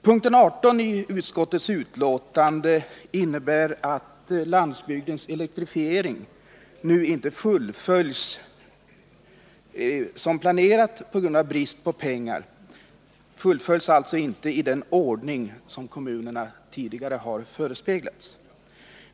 Punkten 18 i utskottets betänkande innebär att landsbygdens elektrifiering nu på grund av brist på pengar inte fullföljs i den ordning som kommunerna tidigare har förespeglats.